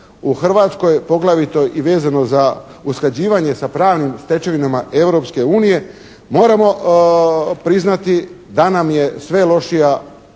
u Hrvatskoj poglavito i vezano za usklađivanje sa pravnim stečevinama Europske unije, moramo priznati da nam je sve lošija